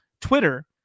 Twitter